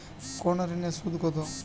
কোন ঋণে কত সুদ?